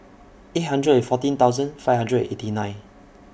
eight hundred and fourteen thousand five hundred and eighty nine